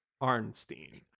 Arnstein